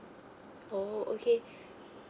oh okay